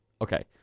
Okay